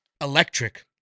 electric